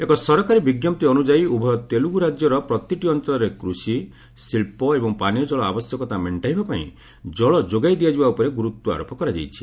ଏକ ସରକାରୀ ବିଞ୍ଜପ୍ତି ଅନୁଯାୟୀ ଉଭୟ ତେଲୁଗୁ ରାଜ୍ୟର ପ୍ରତିଟି ଅଞ୍ଚଳରେ କୃଷି ଶିଳ୍ପ ଏବଂ ପାନୀୟ ଜଳ ଆବଶ୍ୟକତା ମେଷ୍ଟାଇବା ପାଇଁ ଜଳ ଯୋଗାଇ ଦିଆଯିବା ଉପରେ ଗୁରୁତ୍ୱ ଆରୋପ କରାଯାଇଛି